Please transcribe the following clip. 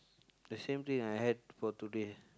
the same drink I had for today